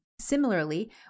Similarly